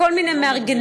לכל מיני מארגנים,